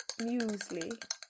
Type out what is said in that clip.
muesli